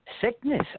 sickness